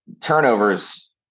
turnovers